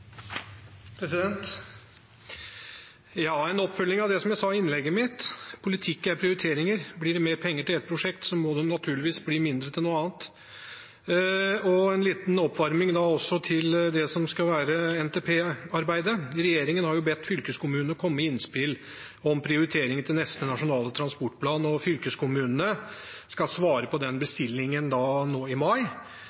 prioriteringer, blir det mer penger til ett prosjekt, må det naturligvis bli mindre til noe annet – og en liten oppvarming til NTP-arbeidet: Regjeringen har bedt fylkeskommunene om å komme med innspill om prioriteringer til den neste nasjonale transportplanen, og fylkeskommunene skal svare på den